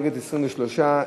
נגד, 23,